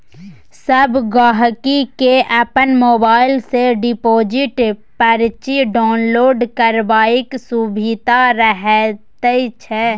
सब गहिंकी केँ अपन मोबाइल सँ डिपोजिट परची डाउनलोड करबाक सुभिता रहैत छै